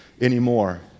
anymore